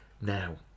Now